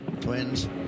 twins